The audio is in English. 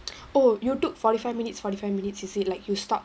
oh you took forty five minutes forty five minutes is it like you stop